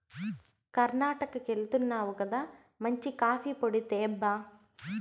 కర్ణాటకెళ్తున్నావు గదా మంచి కాఫీ పొడి తేబ్బా